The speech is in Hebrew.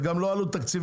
זה גם לא עלות תקציבית,